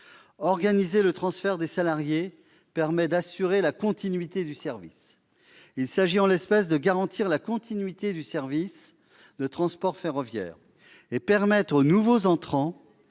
Organiser le transfert des salariés permet d'assurer la continuité du service. Il s'agit, en l'espèce, de garantir la continuité du service de transport ferroviaire et de permettre aux nouveaux entrants